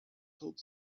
told